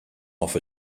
off